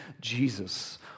Jesus